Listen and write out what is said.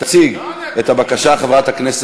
עברה בקריאה הראשונה ותעבור לוועדת החוץ